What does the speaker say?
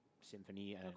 symphony